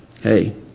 Hey